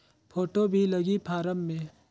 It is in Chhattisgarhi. फ़ोटो भी लगी फारम मे?